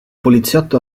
poliziotto